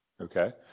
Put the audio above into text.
Okay